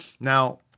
Now